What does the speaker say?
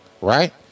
right